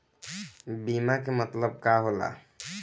बीमा के मतलब का होला?